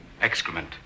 Excrement